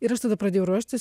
ir aš tada pradėjau ruoštis